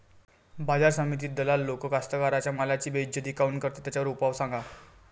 बाजार समितीत दलाल लोक कास्ताकाराच्या मालाची बेइज्जती काऊन करते? त्याच्यावर उपाव सांगा